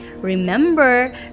Remember